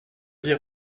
vie